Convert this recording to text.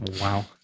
Wow